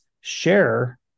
share